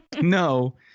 no